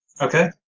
Okay